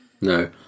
no